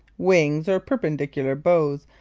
wings, or perpendicular bows,